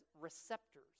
receptors